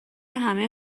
همه